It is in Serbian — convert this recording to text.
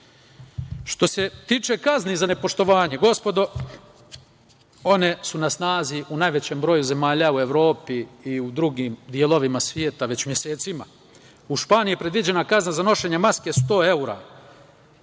se tiče kazni za nepoštovanje, gospodo, one su na snazi u najvećem broju zemalja u Evropi i u drugim delovima sveta već mesecima. U Španiji je predviđena kazna za nenošenje maske 100 evra,